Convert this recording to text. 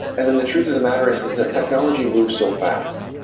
and then the truth of the matter is is that technology moves so fast,